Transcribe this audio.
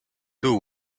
two